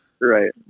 right